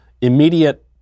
immediate